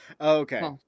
Okay